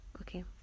Okay